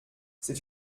c’est